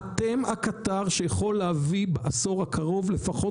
אתם הקטר שיכול להביא בעשור הקרוב לפחות